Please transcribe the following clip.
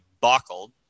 buckled